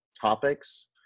topics